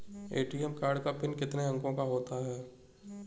ATM card का PIN कितने अंकों का होता है?